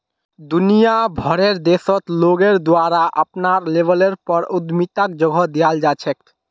दुनिया भरेर देशत लोगेर द्वारे अपनार लेवलेर पर उद्यमिताक जगह दीयाल जा छेक